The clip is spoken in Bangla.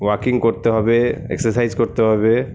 ওয়াকিং করতে হবে এক্সারসাইজ করতে হবে